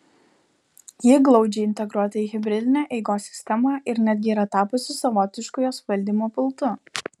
ji glaudžiai integruota į hibridinę eigos sistemą ir netgi yra tapusi savotišku jos valdymo pultu